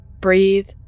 breathe